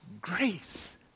grace